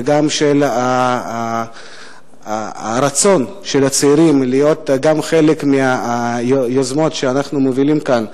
וגם של הרצון של הצעירים להיות חלק מהיוזמות שאנחנו מובילים כאן,